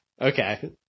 Okay